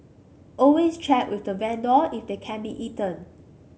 always check with the vendor if they can be eaten